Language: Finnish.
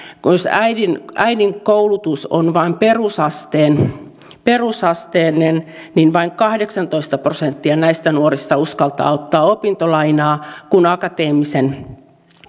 jos äidin äidin koulutus on vain perusasteinen perusasteinen niin vain kahdeksantoista prosenttia näistä nuorista uskaltaa ottaa opintolainaa kun akateemisen